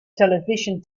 television